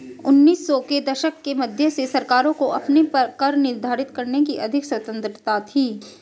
उन्नीस सौ के दशक के मध्य से सरकारों को अपने कर निर्धारित करने की अधिक स्वतंत्रता थी